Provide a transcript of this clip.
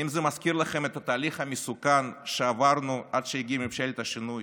האם זה מזכיר לכם את התהליך המסוכן שעברנו עד שהגיעה ממשלת השינוי